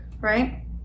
right